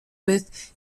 with